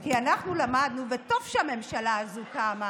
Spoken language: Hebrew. כי אנחנו למדנו, טוב שהממשלה הזאת קמה,